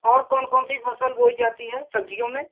और कौन कौन सी फसल बोई जाती है सब्ज़ियों में